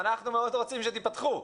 ואנחנו מאוד רוצים שתיפתחו.